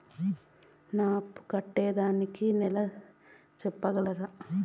నా అప్పు కట్టేదానికి నెల సెప్పగలరా?